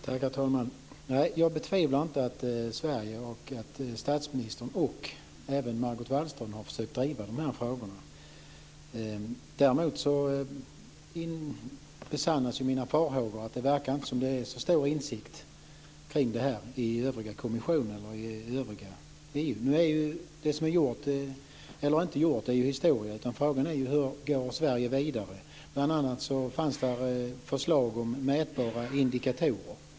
Herr talman! Jag betvivlar inte att Sverige, statsministern och även Margot Wallström har försökt att driva de här frågorna. Däremot besannas ju mina farhågor att det inte verkar som om det finns så stor insikt kring detta i den övriga kommissionen och i övriga EU. Det som är gjort eller inte gjort är ju historia. Frågan är hur Sverige går vidare. Det fanns bl.a. förslag om mätbara indikatorer.